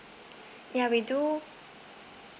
ya we do